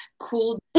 cool